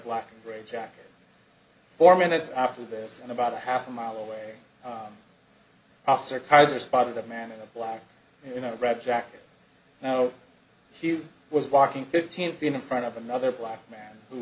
black and gray jacket four minutes after this and about a half a mile away officer kaiser spotted a man in a block in a red jacket now he was walking fifteenth in front of another black man who